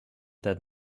that